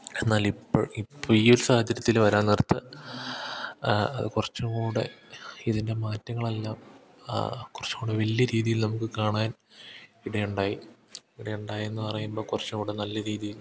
എന്നാൽ ഇപ്പോൾ ഇപ്പോൽ ഈ ഒരു സാഹചര്യത്തിൽ വരാൻ നേരത്ത് അത് കുറച്ചുംകൂടി ഇതിൻ്റെ മാറ്റങ്ങളെല്ലാം കൊറച്ചുംകൂടി വലിയ രീതിയിൽ നമുക്ക് കാണാൻ ഇടയുണ്ടായി ഇടയുണ്ടായിയെന്നു പറയുമ്പോൾ കുറച്ചുംകൂടി നല്ല രീതിയിൽ